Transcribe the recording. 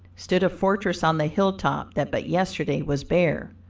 stood a fortress on the hilltop that but yesterday was bare.